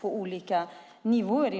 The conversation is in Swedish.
På olika nivåer